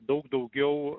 daug daugiau